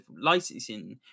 licensing